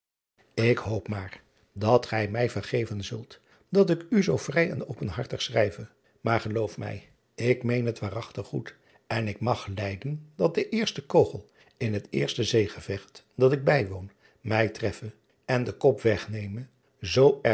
k hoop maar dat gij het mij vergeven zult dat ik u zoo vrij en openhartig schrijve maar geloof mij ik meen het waarachtig goed en ik mag lijden dat de eerste kogel in het eerste zeegevecht dat ik bijwoon mij tresfe en den kop wegneme zoo